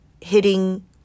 hitting